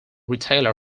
retailer